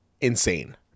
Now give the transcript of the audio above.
insane